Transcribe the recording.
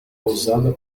usada